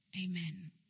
Amen